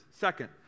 Second